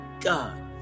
God